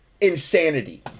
insanity